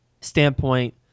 standpoint